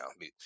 now